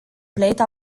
plate